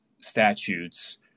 statutes